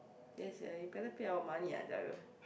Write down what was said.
ya sia ah you better pay our money ah I tell you